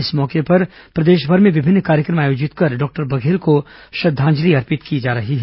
इस अवसर पर प्रदेशभर में विभिन्न कार्यक्रम आयोजित कर डॉक्टर बघेल को श्रद्वांजलि अर्पित की जा रही है